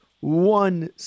one